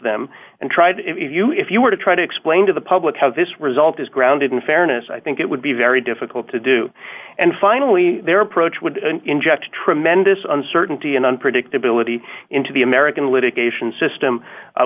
them and tried if you if you were to try to explain to the public how this result is grounded in fairness i think it would be very difficult to do and finally their approach would inject a tremendous uncertainty and unpredictability into the american litigation system